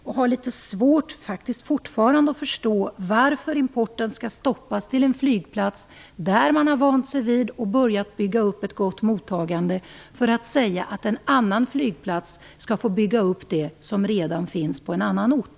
Jag har fortfarande litet svårt att förstå varför importen till en flygplats, där man har byggt upp ett gott mottagande, skall stoppas för att en annan flygplats skall bygga upp det som redan finns på en annan ort.